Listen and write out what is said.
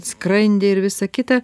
skrandį ir visa kita